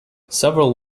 several